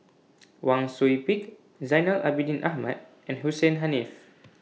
Wang Sui Pick Zainal Abidin Ahmad and Hussein Haniff